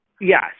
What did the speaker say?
Yes